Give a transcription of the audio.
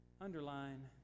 underline